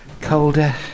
colder